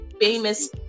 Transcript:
famous